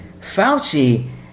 Fauci